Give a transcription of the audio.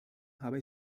habe